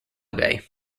bay